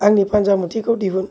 आंनि फान्जामुथिखौ दिहुन